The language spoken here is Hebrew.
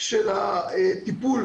של הטיפול,